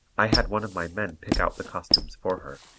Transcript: i had one of my men pick out the costumes for her.